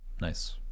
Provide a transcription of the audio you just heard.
Nice